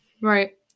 right